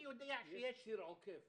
יש ציר עוקף